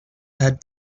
had